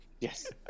Yes